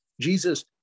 Jesus